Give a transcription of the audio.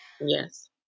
Yes